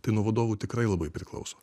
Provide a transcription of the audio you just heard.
tai nuo vadovų tikrai labai priklauso